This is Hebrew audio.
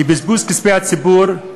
היא בזבוז כספי הציבור.